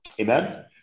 amen